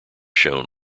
shown